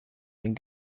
and